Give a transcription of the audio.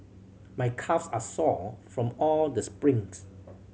my calves are sore from all the sprints